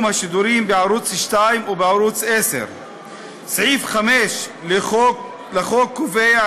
השידורים בערוץ 2 ובערוץ 10. סעיף 5 לחוק קובע,